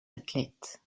athlètes